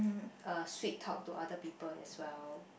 uh sweet talk to other people as well